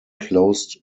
closed